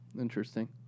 Interesting